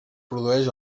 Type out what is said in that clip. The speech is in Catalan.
produeix